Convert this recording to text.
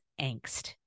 angst